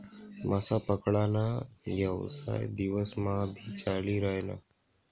मासा पकडा ना येवसाय दिवस मा भी चाली रायना